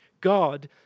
God